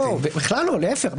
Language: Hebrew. בכלל לא, להפך.